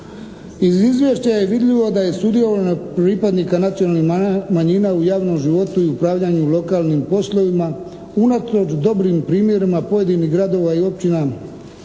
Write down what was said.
Iz izvješća je vidljivo da je sudjelovanje pripadnika nacionalnih manjina u javnom životu i upravljanje u lokalnim poslovima unatoč dobrim primjerima pojedinih gradova i općina